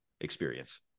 experience